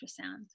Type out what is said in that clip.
ultrasound